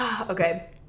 Okay